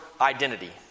identity